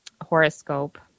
horoscope